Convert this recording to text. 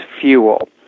Fuel